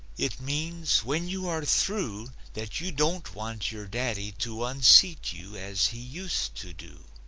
it means when you are through that you don't want your daddy to unseat you, as he used to do.